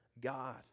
God